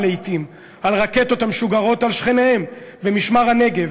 על רקטות המשוגרות על שכניהם במשמר-הנגב